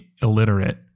illiterate